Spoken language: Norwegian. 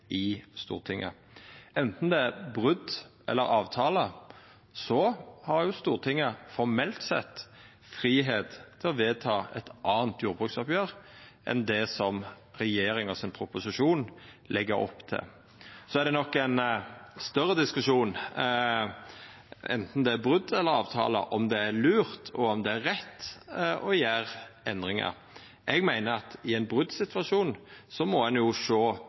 i Stortinget. Anten det er brot eller avtale, har Stortinget formelt sett fridom til å vedta eit anna jordbruksoppgjer enn det som regjeringa sin proposisjon legg opp til. Så er det nok ein større diskusjon – anten det er brot eller avtale – om det er lurt og om det er rett å gjera endringar. Eg meiner at anten det er brot eller avtale, må ein sjå